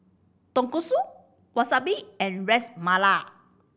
Tonkatsu Wasabi and Ras Malai